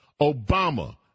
Obama